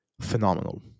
phenomenal